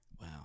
Wow